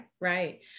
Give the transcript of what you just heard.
right